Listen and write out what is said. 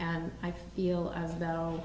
and i feel as though